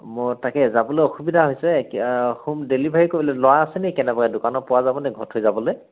মই তাকে যাবলৈ অসুবিধা হৈছে হ'ম ডেলিভাৰী কৰিবলৈ ল'ৰা আছে নেকি কেনেবাকৈ দোকানত পোৱা যাবনি ঘৰত থৈ যাবলৈ